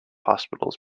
hospitals